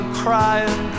crying